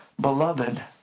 beloved